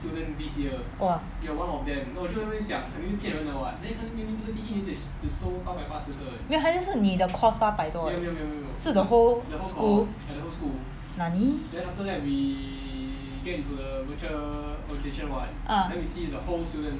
!wah! 没有还是是你的 course 八百多而已是 the whole school nani ah